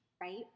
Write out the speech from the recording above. right